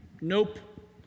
Nope